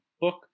book